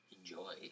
enjoy